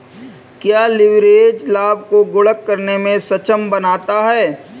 क्या लिवरेज लाभ को गुणक करने में सक्षम बनाता है?